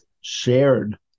shared